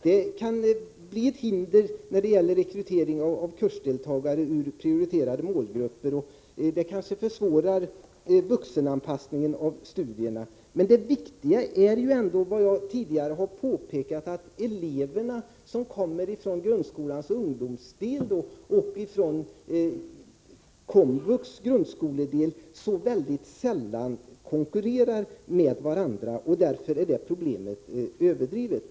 Det kan bli ett hinder när det gäller rekryteringen av kursdeltagare ur prioriterade målgrupper, och det kanske försvårar vuxenanpassningen av studierna. Men det viktiga är ju ändå — det har jag tidigare påpekat — att elever som kommer från grundskolans ungdomsdel och elever som kommer från komvux grundskoledel sällan konkurrerar med varandra. Därför är det problemet överdrivet.